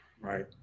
Right